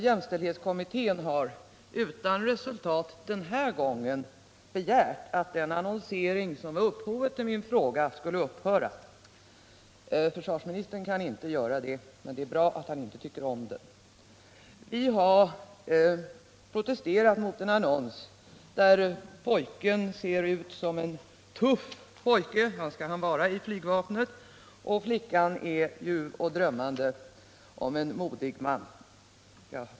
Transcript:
Jämställdhetskommittén har utan resultat den här gången begärt att den annonsering som var upphovet till min fråga skall upphöra. Försvarsministern kan inte åstadkomma detta, men det är bra att han inte tycker om annonseringen. Vi har protesterat mot en annons där pojken ser ut som en tuff pojke — det skall han vara i flygvapnet — medan flickan är ljuv och drömmer om en modig man.